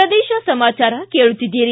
ಪ್ರದೇಶ ಸಮಾಚಾರ ಕೇಳುತ್ತಿದ್ದೀರಿ